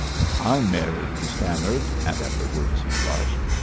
when i'm married, he stammered, and at the words he blushed,